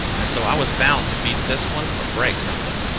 and so i was bound to beat this one or break something.